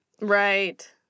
Right